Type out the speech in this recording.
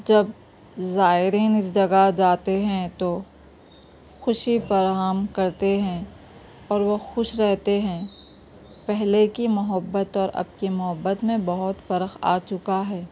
جب زائرین اس جگہ جاتے ہیں تو خوشی فراہم کرتے ہیں اور وہ خوش رہتے ہیں پہلے کی محبت اور اب کی محبت میں بہت فرق آ چکا ہے